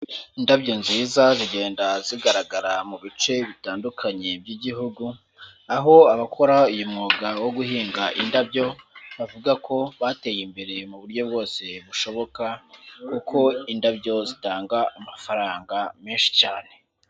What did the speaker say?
Indabyo nziza zigenda zigaragara mu bice bitandukanye by'igihugu. Aho abakora uyu mwuga wo guhinga indabyo. Bavuga ko bateye imbere mu buryo bwose bushoboka, kuko indabyo zitanga amafaranga menshi cyane.